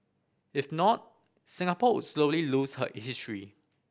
if not Singapore would slowly lose her